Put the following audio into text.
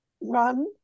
run